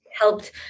helped